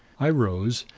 i rose,